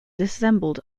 disassembled